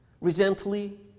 Recently